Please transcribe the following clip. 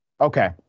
Okay